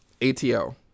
ATL